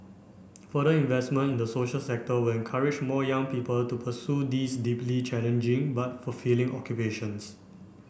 further investment in the social sector will encourage more young people to pursue these deeply challenging but fulfilling occupations